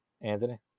Anthony